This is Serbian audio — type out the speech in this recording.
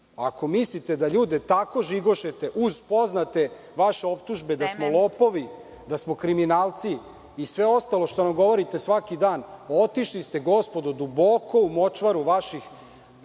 mislite da ljude tako žigošete uz poznate vaše optužbe da smo lopovi, kriminalci i sve ostalo što nam govorite svaki dan, otišli ste gospodo duboko u močvaru vaših